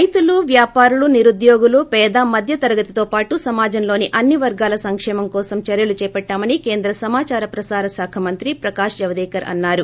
రైతులు వ్యాపారులు నిరుద్యోగులు పేద మధ్యతరగతితో పాటు సమాజంలోని అన్ని వర్గాల సంక్షేమం కోసం చర్యలు చేపట్లామని కేంద్ర సమాదార ప్రసారశాఖ మంత్రి ప్రకాశ్ జావడేకర్ అన్నారు